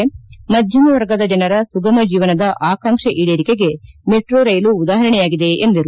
ಸುಗಮ ಮಧ್ಯಮ ವರ್ಗ ಜನರ ಜೀವನದ ಆಕಾಂಕ್ಷೆ ಈಡೇರಿಕೆಗೆ ಮೆಟ್ರೋ ರೈಲು ಉದಾಪರಣೆಯಾಗಿದೆ ಎಂದರು